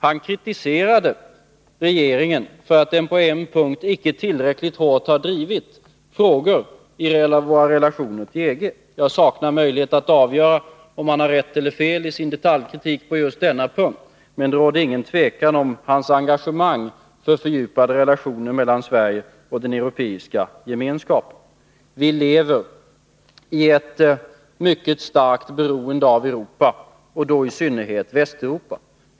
Han kritiserade regeringen för att den på en punkt inte tillräckligt hårt har drivit frågor om våra relationer till EG. Jag saknar möjlighet att avgöra om han har rätt eller fel i sin detaljkritik på just den punkten, men det råder ingen tvekan om hans engagemang för fördjupade relationer mellan Sverige och den europeiska gemenskapen. Vi lever i ett mycket starkt beroende av Europa och då i synnerhet Västeuropa.